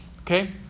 Okay